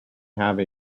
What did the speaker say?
have